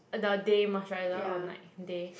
the day moisturiser or night day